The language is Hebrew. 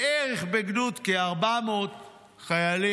בגדוד יש בערך כ-400 חיילים.